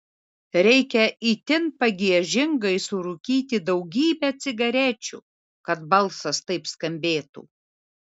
reikia itin pagiežingai surūkyti daugybę cigarečių kad balsas taip skambėtų